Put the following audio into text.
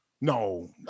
No